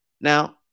Now